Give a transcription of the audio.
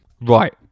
Right